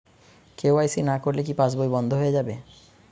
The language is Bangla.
কে.ওয়াই.সি না করলে কি পাশবই বন্ধ হয়ে যাবে?